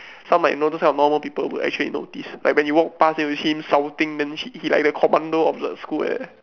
some like you know those kind of normal people will actually notice like when you walk past you see him shouting then he he like the commando of the school like that